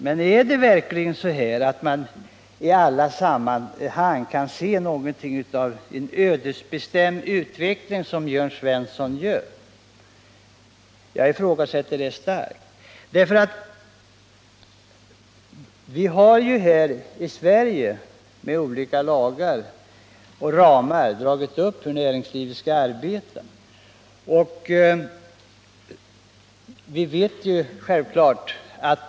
Men är det verkligen så att man i detta, som Jörn Svensson gör, kan se en ödesbestämd utveckling? Jag ifrågasätter det starkt. Vi har här i Sverige genom olika lagar dragit upp ramar för hur näringslivet skall arbeta.